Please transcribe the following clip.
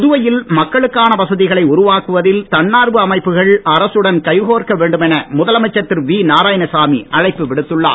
புதுவையில் மக்களுக்கான வசதிகளை உருவாக்குவதில் தன்னார்வ அமைப்புகள் அரசுடன் கைகோர்க்க வேண்டுமென முதலமைச்சர் திரு வி நாராயணசாமி அழைப்பு விடுத்துள்ளார்